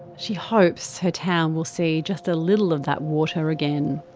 she hopes her town will see just a little of that water again.